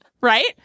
Right